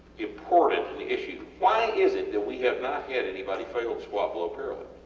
important an issue why is it that we have not had anybody fail the squat below parallel?